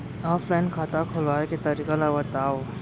Offline खाता खोलवाय के तरीका ल बतावव?